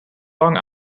lang